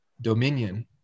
dominion